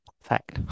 Fact